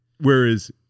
whereas